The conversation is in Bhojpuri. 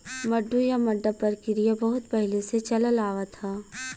मड्डू या मड्डा परकिरिया बहुत पहिले से चलल आवत ह